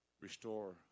restore